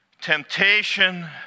temptation